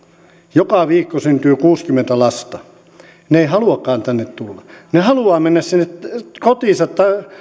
joka viikko syntyy kuusikymmentä lasta ne eivät haluakaan tänne tulla ne haluavat mennä sinne kotiinsa